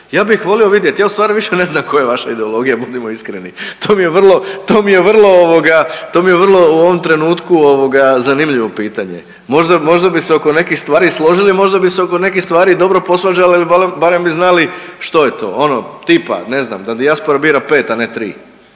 Ja bih volio vidjeti, ja ustvari više ne znam koja je vaša ideologija budimo iskreni. To mi je vrlo u ovom trenutku zanimljivo pitanje. Možda bi se oko nekih stvari i složili, možda bi se oko nekih stvari dobro posvađali ili barem bi znali što je to. Ono tipa ne znam, da dijaspora bira pet, a ne tri,